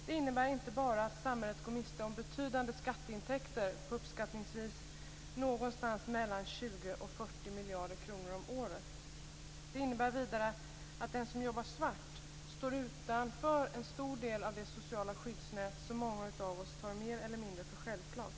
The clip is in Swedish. Det innebär inte bara att samhället går miste om betydande skatteintäkter på uppskattningsvis mellan 20 och 40 miljarder kronor om året. Det innebär vidare att de som jobbar svart står utanför en stor del av det sociala skyddsnät som många av oss tar för mer eller mindre självklart.